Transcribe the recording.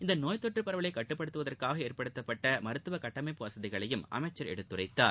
இந்த நோய் தொற்று பரவலை கட்டப்படுத்துவதற்காக ஏற்படுத்தப்பட்ட மருத்துவ கட்டமைப்பு வசதிகளையும் அமைச்சர் எடுத்துரைத்தார்